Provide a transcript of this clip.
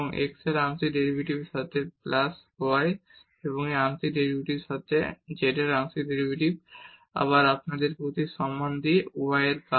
এবং x এর আংশিক ডেরিভেটিভের সাথে এবং y এর আংশিক ডেরিভেটিভের সাথে z এর আংশিক ডেরিভেটিভ এর প্রতি সম্মান নিয়ে y হবে